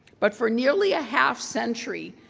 but for nearly a half century,